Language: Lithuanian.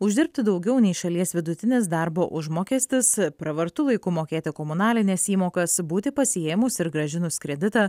uždirbti daugiau nei šalies vidutinis darbo užmokestis pravartu laiku mokėti komunalines įmokas būti pasiėmus ir grąžinus kreditą